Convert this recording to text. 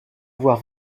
avoir